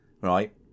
Right